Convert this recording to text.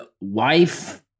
wife